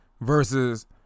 versus